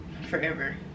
forever